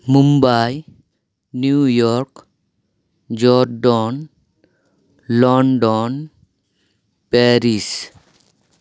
Mumbai New York Jordan London Paris